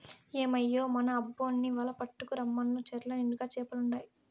ఏమయ్యో మన అబ్బోన్ని వల పట్టుకు రమ్మను చెర్ల నిండుగా చేపలుండాయి